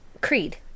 Creed